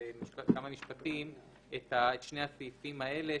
בכמה משפטים את שני הסעיפים האלה,